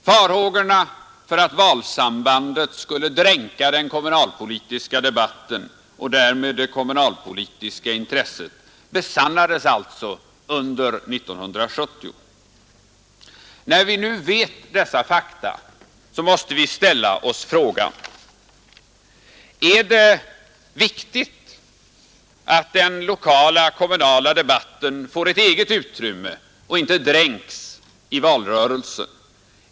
Farhågorna för att valsambandet skulle komma att dränka den kommunalpolitiska debatten och därmed det kommunalpolitiska intresset besannades alltså under 1970. När vi nu vet dessa fakta måste vi ställa oss frågan: är det viktigt att den lokala kommunala debatten får ett eget utrymme och inte dränks i valrörelsen?